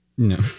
No